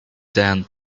then